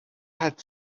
had